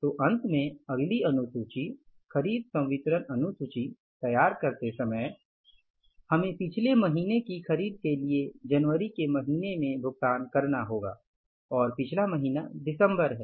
तो अंत में अगली अनुसूची खरीद संवितरण अनुसूची तैयार करते समय हमें पिछले महीने की खरीद के लिए जनवरी के महीने में भुगतान करना होगा और पिछला महीना दिसंबर है